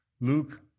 Luke